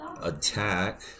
attack